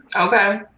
Okay